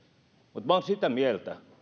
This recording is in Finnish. mutta minä olen sitä mieltä